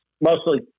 Mostly